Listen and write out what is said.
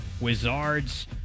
Wizards